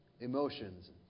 emotions